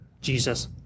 Jesus